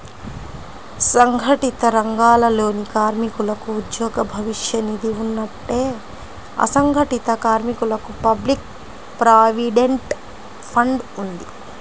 సంఘటిత రంగాలలోని కార్మికులకు ఉద్యోగ భవిష్య నిధి ఉన్నట్టే, అసంఘటిత కార్మికులకు పబ్లిక్ ప్రావిడెంట్ ఫండ్ ఉంది